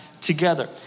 together